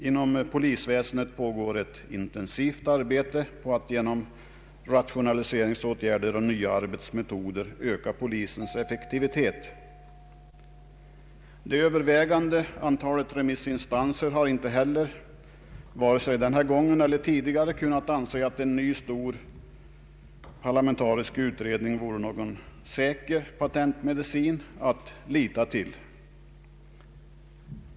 Inom polisväsendet pågår ett intensivt arbete på att genom rationaliseringsåtgärder och nya arbetsmetoder öka polisens effektivitet. Det övervägande antalet remissinstanser har inte heller, vare sig denna gång eller tidigare, kunnat anse att en ny stor parlamentarisk utredning vore någon säker patentmedicin att lita till.